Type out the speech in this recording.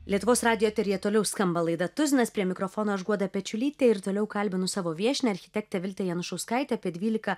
lietuvos radijo eteryje toliau skamba laida tuzinas prie mikrofono aš guoda pečiulytė ir toliau kalbinu savo viešnią architektę viltė janušauskaitė apie dvylika